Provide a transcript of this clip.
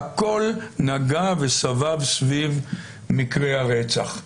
הכול נגע וסבב סביב מקרי הרצח.